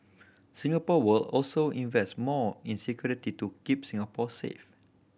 Singapore will also invest more in security to keep Singapore safe